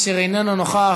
אשר איננו נוכח.